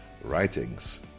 writings